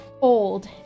Old